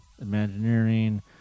Imagineering